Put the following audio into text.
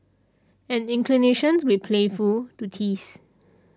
an inclination read playful to tease